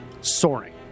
soaring